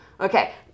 okay